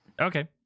Okay